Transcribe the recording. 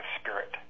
spirit